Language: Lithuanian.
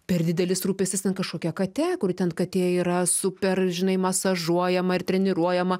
per didelis rūpestis ten kažkokia kate kur ten katė yra super žinai masažuojama ir treniruojama